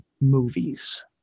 Movies